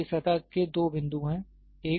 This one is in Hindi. तो इस सतह के दो बिंदु हैं एक